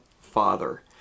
Father